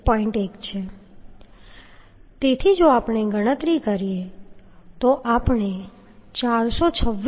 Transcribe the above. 1 છે તેથી જો આપણે ગણતરી કરીએ તો આપણે 426